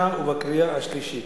השנייה ובקריאה השלישית.